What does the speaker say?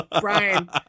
Brian